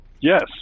Yes